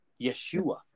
Yeshua